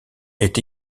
est